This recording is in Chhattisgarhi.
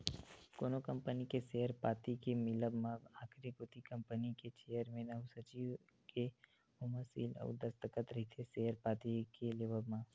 कोनो कंपनी के सेयर पाती के मिलब म आखरी कोती कंपनी के चेयरमेन अउ सचिव के ओमा सील अउ दस्कत रहिथे सेयर पाती के लेवब म